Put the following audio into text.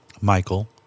Michael